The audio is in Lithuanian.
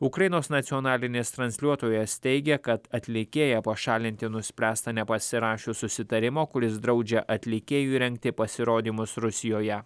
ukrainos nacionalinis transliuotojas teigia kad atlikėją pašalinti nuspręsta nepasirašius susitarimo kuris draudžia atlikėjui rengti pasirodymus rusijoje